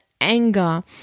anger